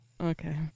Okay